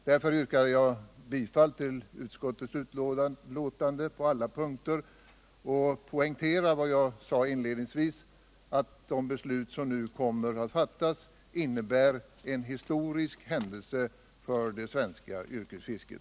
Därför yrkar jag bifall till utskottets betänkande på alla punkter, och jag poängterar vad jag sade inledningsvis, nämligen att de beslut som nu kommer att fattas innebär en historisk händelse för det svenska yrkesfisket.